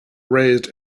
raised